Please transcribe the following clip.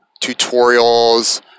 tutorials